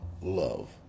love